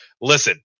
Listen